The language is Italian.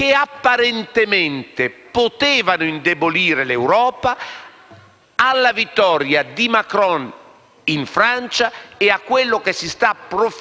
la vittoria di Macron in Francia e con quello che si sta profilando nello scenario tedesco, con una conferma della signora Merkel.